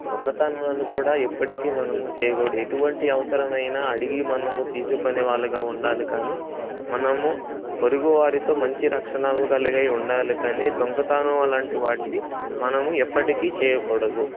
దొంగతనాలు కూడా ఎప్పటికి మనము చేయకూడదు ఎటువంటి అవసరమైన అడిగి మనము తీసుకునే వాళ్ళుగా ఉండాలి కానీ మనము పొరుగువారితో మంచి రక్షణ కలిగి ఉండాలి కానీ దొంగతనం లాంటి వాటిని మనము ఎప్పటికి చేయకూడదు